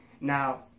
Now